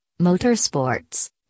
motorsports